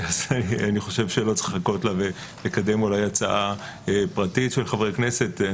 לא צריך לחכות לה ולקדם הצעה פרטית של חבר כנסת,